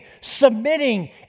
submitting